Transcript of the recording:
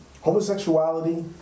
Homosexuality